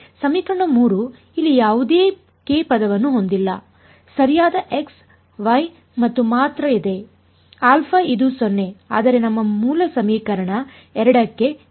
ಸಮೀಕರಣ 3 ಇಲ್ಲಿ ಯಾವುದೇ ಕೆ ಪದವನ್ನು ಹೊಂದಿಲ್ಲ ಸರಿಯಾದ x y ಮತ್ತು ಮಾತ್ರ ಇದೆ ಇದು 0 ಆದರೆ ನಮ್ಮ ಮೂಲ ಸಮೀಕರಣ 2 ಕ್ಕೆ k ಇತ್ತು